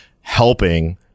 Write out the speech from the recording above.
helping